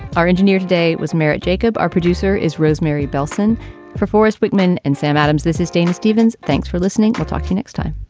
our engineer today was married jacob. our producer is rosemary belson forrest wickman and sam adams this is dean stevens. thanks for listening. we'll talk to you next time